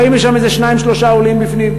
לפעמים יש שם איזה שניים-שלושה עולים בפנים.